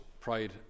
pride